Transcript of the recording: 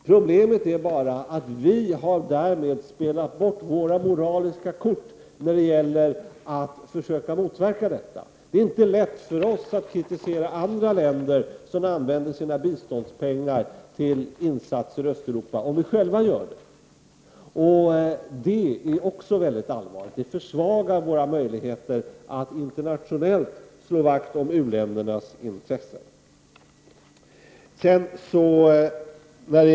Problemet är att vi har spelat bort våra moraliska kort när det gäller att försöka motverka detta. Det är inte lätt för oss att kritisera andra länder som använder sina biståndspengar till insatser i Östeuropa, om vi själva gör det. Det är också väldigt allvarligt. Det försvagar våra möjligheter att internationellt slå vakt om u-ländernas intressen.